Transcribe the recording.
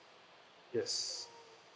yes